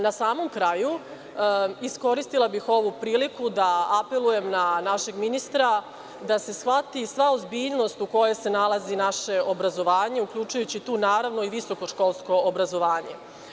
Na samom kraju, iskoristila bih ovu priliku da apelujem na našeg ministra da se shvati sva ozbiljnost u kojoj se nalazi naše obrazovanje, uključujući tu, naravno, i visokoškolsko obrazovanje.